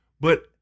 But-